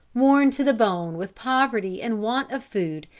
worn to the bone with poverty and want of food,